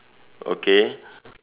okay